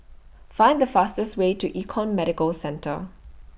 Find The fastest Way to Econ Medicare Centre